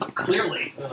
Clearly